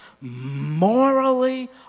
morally